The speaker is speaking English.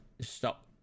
stop